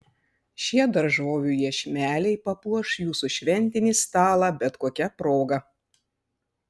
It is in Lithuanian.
šie daržovių iešmeliai papuoš jūsų šventinį stalą bet kokia proga